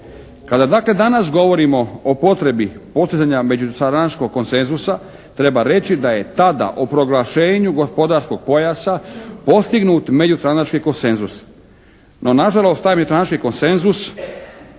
Kada, dakle, danas govorimo o potrebi postizanja međustranačkog konsenzusa treba reći da je tada o proglašenju gospodarskog pojasa postignut međustranački konsenzus. No nažalost, taj međustranački konsenzus